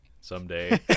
someday